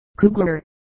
Kugler